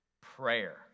Prayer